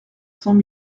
cents